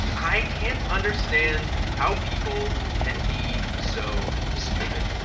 i can't understand how people can be so stupid.